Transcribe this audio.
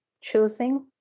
choosing